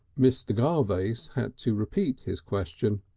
mr. garvace had to repeat his question.